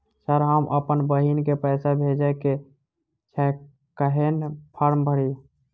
Sir हम अप्पन बहिन केँ पैसा भेजय केँ छै कहैन फार्म भरीय?